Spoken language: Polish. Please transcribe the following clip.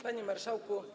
Panie Marszałku!